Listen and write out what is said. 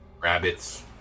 Rabbits